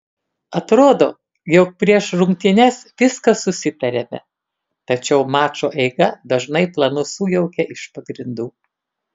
atrodo jog prieš rungtynes viską susitariame tačiau mačo eiga dažnai planus sujaukia iš pagrindų